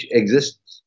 exists